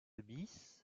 bis